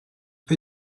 peu